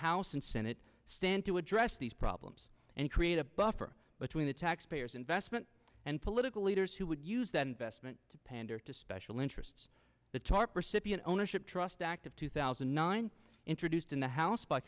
house and senate stand to address these problems and create a buffer between the tax payers investment and political leaders who would use that investment to pander to special interests the tarp recipient ownership trust act of two thousand and nine introduced in the house by